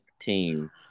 team